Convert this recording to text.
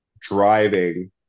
driving